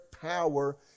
power